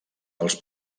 dels